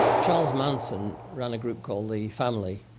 charles manson ran a group called the family,